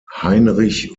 heinrich